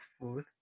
food